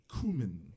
cumin